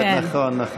כן, נכון, נכון.